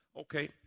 Okay